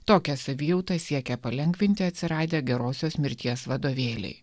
tokią savijautą siekia palengvinti atsiradę gerosios mirties vadovėliai